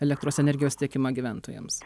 elektros energijos tiekimą gyventojams